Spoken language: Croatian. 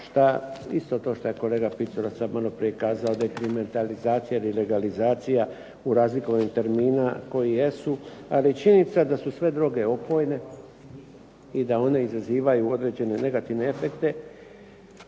Isto to što je kolega Picula malo prije kazao, da je ... i legalizacija u razlikovanju termina koji jesu. Ali je činjenica je da su sve droge opojne i da one izazivaju određene negativne efekte